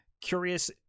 curious